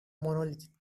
monolith